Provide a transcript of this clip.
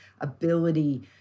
ability